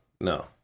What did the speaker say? No